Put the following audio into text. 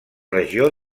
regió